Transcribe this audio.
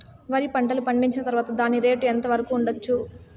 వరి పంటలు పండించిన తర్వాత దాని రేటు ఎంత వరకు ఉండచ్చు